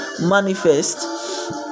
manifest